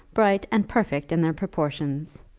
bright, and perfect in their proportions.